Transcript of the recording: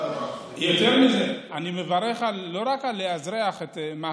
יותר מזה, אני מברך לא רק על אזרוח מח"ש,